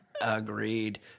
Agreed